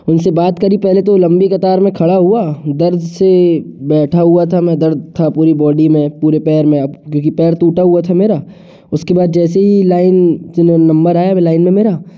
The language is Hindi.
उनसे बात करी पहले तो लंबी कतार में खड़ा हुआ दर्द से बैठा हुआ था मैं दर्द था पूरी बॉडी में पूरे पैर में अब क्योंकि पैर टूटा हुआ था मेरा उसके बाद जैसे ही लाइन से मेरा नंबर आया वो लाइन में मेरा